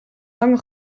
lange